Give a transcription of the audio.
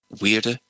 weirder